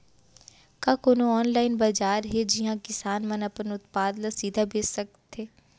का कोनो अनलाइन बाजार हे जिहा किसान मन अपन उत्पाद ला सीधा बेच सकत हे?